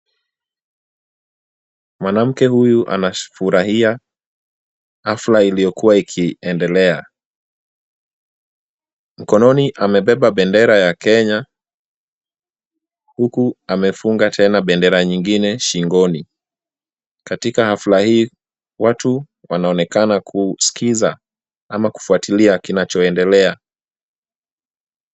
Mwanamke huyu anafurahia hafla iliyokuwa ikiendelea. Mkononi amebeba bendera ya Kenya, huku amefunga tena bendera nyingine shingoni. Katika hafla hii, watu wanaonekana kusikiza ama kufuatilia kinachoendelea.